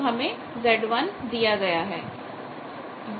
तो हमें z1 दिया गया है